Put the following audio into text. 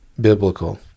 Biblical